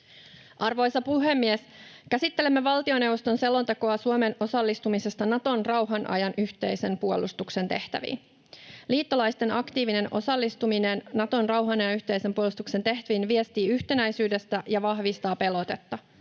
Arvoisa puhemies! Käsittelemme valtioneuvoston selontekoa Suomen osallistumisesta Naton rauhan ajan yhteisen puolustuksen tehtäviin. Liittolaisten aktiivinen osallistuminen Naton rauhan ajan yhteisen puolustuksen tehtäviin viestii yhtenäisyydestä ja vahvistaa pelotetta.